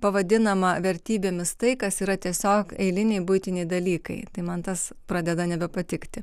pavadinama vertybėmis tai kas yra tiesiog eiliniai buitiniai dalykai tai man tas pradeda nebepatikti